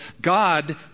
God